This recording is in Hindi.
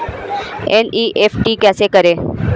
एन.ई.एफ.टी कैसे करें?